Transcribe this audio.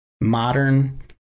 modern